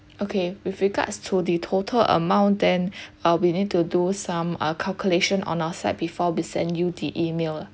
okay with regards to the total amount then uh we need to do some uh calculation on our side before we sent you the email lah